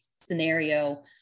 scenario